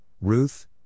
Ruth